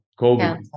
COVID